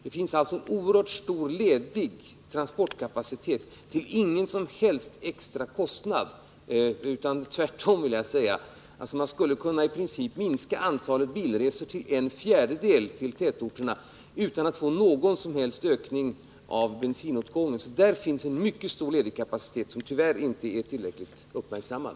Det finns alltså en oerhört stor ledig kapacitet av transporter tillingen som helst extra kostnad. Man skulle tvärtom i princip kunna minska antalet bilresor till dessa tätorter till en fjärdedel utan att få någon som helst ökning av bensinåtgången. Där finns alltså en mycket stor ledig kapacitet, som tyvärr inte är tillräckligt uppmärksammad.